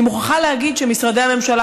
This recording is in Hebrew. אני מוכרחה לומר שמשרדי הממשלה,